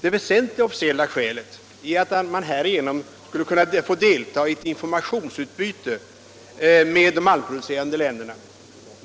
Det väsentliga officiella skälet är att man härigenom skulle få delta i ett informationsutbyte med de andra malmproducerande länderna.